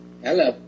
hello